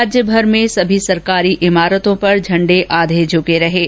राज्यभर में सभी सरकारी इमारतों पर झण्डे आधे झुके हुए हैं